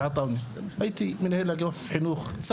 הייתי מנהל אגף חינוך בבאר שבע,